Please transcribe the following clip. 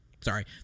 sorry